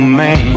man